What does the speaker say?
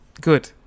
good